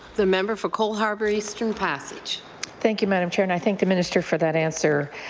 the member for cole harbour-eastern passage thank you, madam chair, and i thank the minister for that answer.